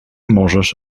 możesz